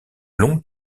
longue